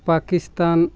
Pakistan